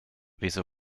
wieso